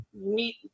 meet